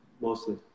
mostly